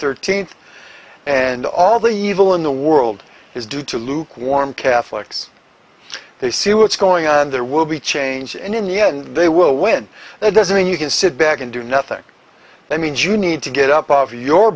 thirteenth and all the evil in the world is due to lukewarm catholics they see whats going on there will be change and in the end they will win that doesn't mean you can sit back and do nothing that means you need to get up off your